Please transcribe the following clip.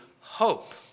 hope